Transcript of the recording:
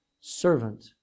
servant